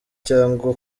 cyangwa